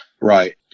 right